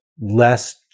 less